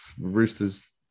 Roosters